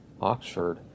Oxford